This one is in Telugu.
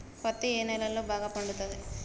పత్తి ఏ నేలల్లో బాగా పండుతది?